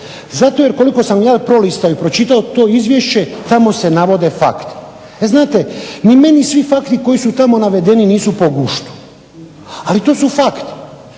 Zato jer koliko sam ja prolistao i pročitao to izvješće tamo se navode fakti. E znate, ni meni svi fakti koji su tamo navedeni nisu po guštu, ali to su fakti.